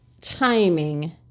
timing